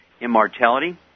Immortality